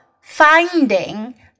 finding